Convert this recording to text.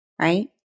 right